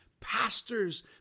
pastors